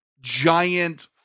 giant